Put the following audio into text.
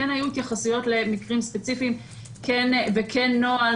כן היו התייחסויות למקרים ספציפיים וכן נוהל